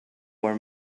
where